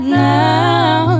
now